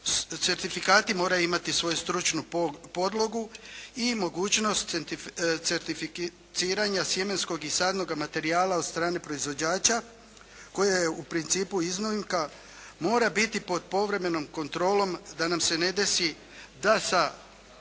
certifikati moraju imati svoju stručnu podlogu i mogućnost certificiranja sjemenskog i sadnog materijala od strane proizvođača koje je u principu iznimka, mora biti pod povremenom kontrolom da nam se ne desi da sa